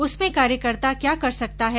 उसमें कार्यकर्ता क्या कर सकता है